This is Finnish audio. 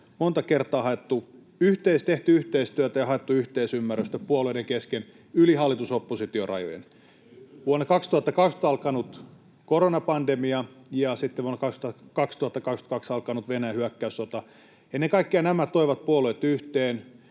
monta kertaa tehty yhteistyötä ja haettu yhteisymmärrystä puolueiden kesken yli hallitus—oppositio-rajojen. Vuonna 2020 alkanut koronapandemia ja sitten vuonna 2022 alkanut Venäjän hyökkäyssota, ennen kaikkea nämä, toivat puolueet yhteen,